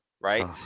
right